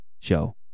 show